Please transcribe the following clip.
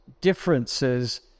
differences